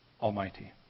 Almighty